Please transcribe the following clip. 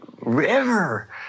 river